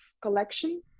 collection